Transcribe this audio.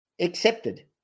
accepted